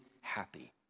happy